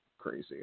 Crazy